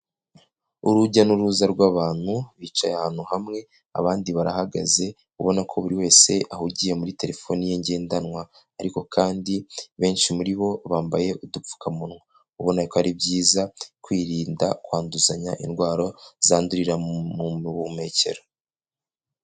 Urujya n'uruza rw'abantu bicaye ahantu hamwe abandi barahagaze ubona ko buri wese ahugiye muri telefoni ye ngendanwa, ariko kandi benshi muri bo bambaye udupfukamunwa ubona ko ari byiza kwirinda kwanduzanya indwara zandurira mu buhumekero.